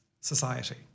society